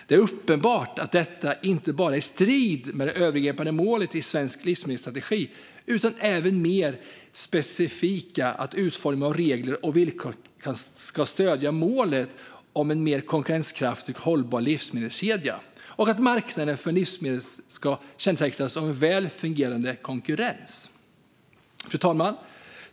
Det är uppenbart att detta står i strid med inte bara det övergripande målet i svensk livsmedelsstrategi utan även det mer specifika att utformningen av regler och villkor ska stödja målet om en mer konkurrenskraftigt hållbar livsmedelskedja samt att marknaden för livsmedel ska kännetecknas av en väl fungerande konkurrens. Fru talman!